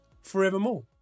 forevermore